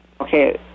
Okay